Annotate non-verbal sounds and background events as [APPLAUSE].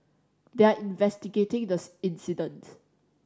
they are investigating the [UNINTELLIGIBLE] incident